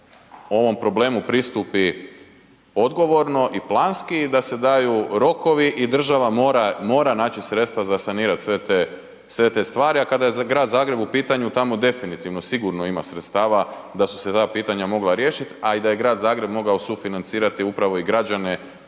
ovom problemu pristupi odgovorno i planski i da se daju rokovi i država mora naći sredstva za sanirati sve te stvari. A kada je grad Zagreb u pitanju tamo definitivno sigurno ima sredstava da su se ta pitanja mogla riješiti, a i da je grad Zagreb mogao sufinancirati upravo i građane